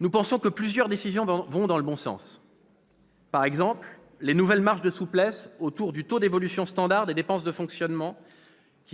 Nous pensons que plusieurs décisions vont dans le bon sens. Par exemple, les nouvelles marges de souplesse autour du taux d'évolution standard des dépenses de fonctionnement